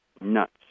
nuts